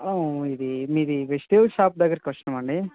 ఇది మీది vegetable shop దగ్గరకి వచ్చినాం అండి